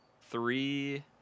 three